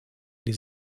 les